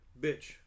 bitch